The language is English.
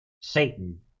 Satan